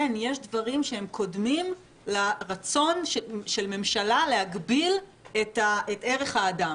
דברים שהם קודמים לרצון של ממשלה להגביל את ערך האדם.